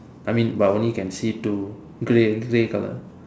I mean but only can see two grey grey color